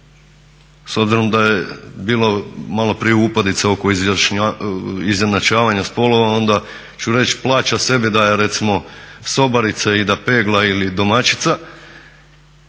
s obzirom da je bilo malo prije upadica oko izjednačavanja spolova, onda ću reći plaća sebe da je recimo sobarica i da pegla ili domaćica